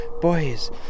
boys